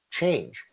change